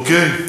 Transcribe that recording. אוקיי?